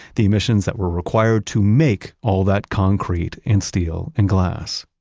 the emissions that were required to make all that concrete and steel and glass.